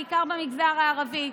בעיקר במגזר הערבי.